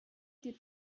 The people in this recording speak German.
geht